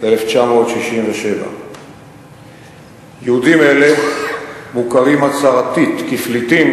1967. יהודים אלה מוכרים הצהרתית כפליטים